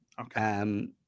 Okay